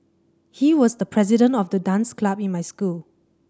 he was the president of the dance club in my school